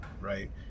right